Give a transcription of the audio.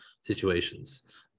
situations